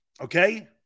Okay